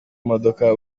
imodoka